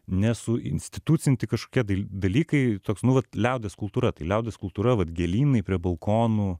nesuinstitucinti kažkokie dalykai toks nu vat liaudies kultūra tai liaudies kultūra vat gėlynai prie balkonų